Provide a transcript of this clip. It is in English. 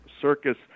circus